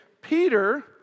Peter